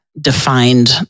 Defined